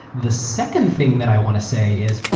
the second thing that i want to say is,